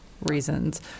reasons